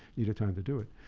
needed time to do it.